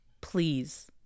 Please